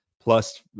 plus